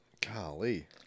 Golly